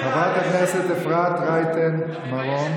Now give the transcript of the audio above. חברת הכנסת אפרת רייטן מרום,